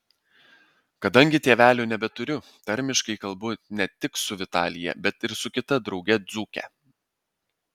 kadangi tėvelių nebeturiu tarmiškai kalbu ne tik su vitalija bet ir su kita drauge dzūke